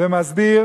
ומסביר